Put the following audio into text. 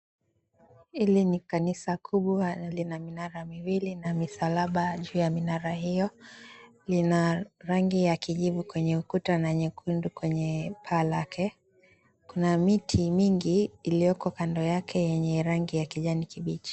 Hili ni kanisa kubwa. Lina minara miwili na misalaba juu ya minara hiyo. Lina rangi ya kijivu kwenye ukuta, na nyekundu kwenye paa lake. Kuna miti mingi iliyoko kando yake yenye rangi ya kijani kibichi.